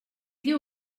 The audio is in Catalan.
diu